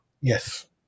yes